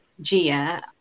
gia